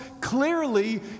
Clearly